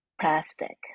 plastic